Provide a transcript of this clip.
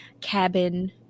cabin